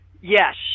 Yes